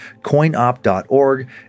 coinop.org